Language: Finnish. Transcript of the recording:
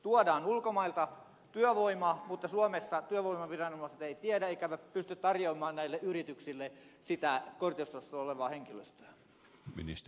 tuodaan ulkomailta työvoimaa mutta suomessa työvoimaviranomaiset eivät tiedä eivätkä pysty tarjoamaan näille yrityksille sitä kortistossa olevaa henkilöstöä